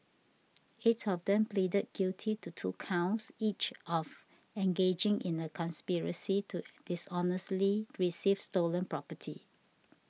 eight of them pleaded guilty to two counts each of engaging in a conspiracy to dishonestly receive stolen property